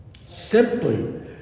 Simply